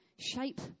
shape